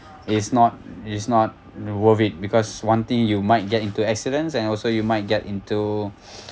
it's not it's not worth it because one thing you might get into accidents and also you might get into